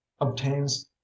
obtains